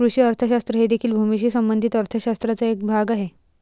कृषी अर्थशास्त्र हे देखील भूमीशी संबंधित अर्थ शास्त्राचा एक भाग आहे